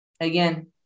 again